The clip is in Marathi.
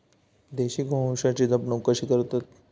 देशी गोवंशाची जपणूक कशी करतत?